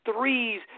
threes –